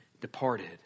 departed